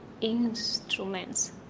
instruments